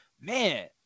man